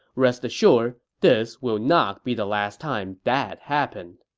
rest assured, this will not be the last time that happened.